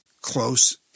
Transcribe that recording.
close